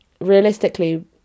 realistically